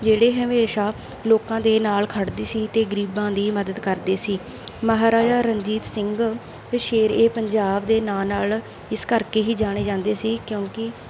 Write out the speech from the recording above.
ਜਿਹੜੇ ਹਮੇਸ਼ਾ ਲੋਕਾਂ ਦੇ ਨਾਲ ਖੜ੍ਹਦੇ ਸੀ ਅਤੇ ਗਰੀਬਾਂ ਦੀ ਮਦਦ ਕਰਦੇ ਸੀ ਮਹਾਰਾਜਾ ਰਣਜੀਤ ਸਿੰਘ ਸ਼ੇਰ ਏ ਪੰਜਾਬ ਦੇ ਨਾਂ ਨਾਲ ਇਸ ਕਰਕੇ ਹੀ ਜਾਣੇ ਜਾਂਦੇ ਸੀ ਕਿਉਂਕਿ